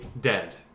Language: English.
dead